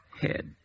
Head